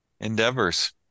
endeavors